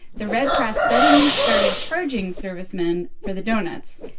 the red cross suddenly started charging servicemen for the doughnuts.